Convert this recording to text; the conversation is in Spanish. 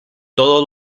todos